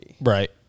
Right